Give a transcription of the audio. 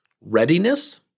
Readiness